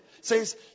says